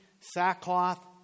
sackcloth